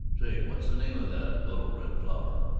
say, what's the name of that little red flower?